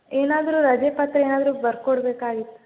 ಏನಾದರೂ ರಜೆ ಪತ್ರ ಏನಾದರೂ ಬರ್ಕೊಡ್ಬೇಕಾಗಿತ್ತಾ